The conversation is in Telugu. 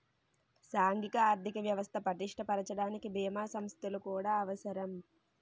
సాంఘిక ఆర్థిక వ్యవస్థ పటిష్ట పరచడానికి బీమా సంస్థలు కూడా అవసరం